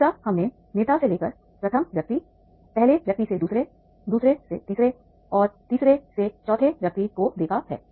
जैसे हमने नेता से लेकर प्रथम व्यक्ति पहले व्यक्ति से दूसरे दूसरे से तीसरे और तीसरे से चौथे व्यक्ति को देखा है